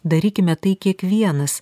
darykime tai kiekvienas